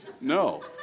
No